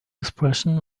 expression